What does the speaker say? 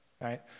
right